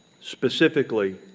specifically